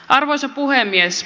arvoisa puhemies